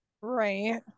Right